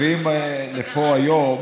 שמביאים לפה היום